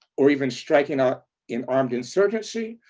or even striking out in armed insurgency,